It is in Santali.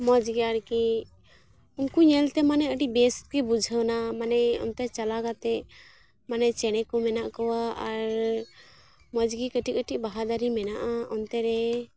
ᱢᱚᱡᱽᱜᱮ ᱟᱨᱠᱤ ᱩᱝᱠᱩ ᱧᱮᱞᱛᱮ ᱢᱟᱱᱮ ᱵᱮᱥᱜᱮ ᱵᱩᱡᱷᱟᱹᱣᱮᱱᱟ ᱢᱟᱱᱮ ᱚᱱᱛᱮ ᱪᱟᱞᱟᱣ ᱠᱟᱛᱮᱫ ᱢᱟᱱᱮ ᱪᱮᱬᱮᱠᱚ ᱢᱮᱱᱟᱜ ᱠᱚᱣᱟ ᱟᱨ ᱢᱚᱡᱽᱜᱮ ᱠᱟᱹᱴᱤᱡ ᱠᱟᱹᱴᱤᱡ ᱵᱟᱦᱟ ᱫᱟᱨᱮ ᱢᱮᱱᱟᱜᱼᱟ ᱚᱱᱛᱮᱨᱮ